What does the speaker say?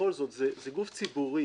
כבוד היושב-ראש,